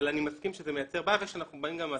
אבל אני מסכים שזה מייצר בעיה ושאנחנו באים גם עם הצעה לפתרון.